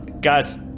guys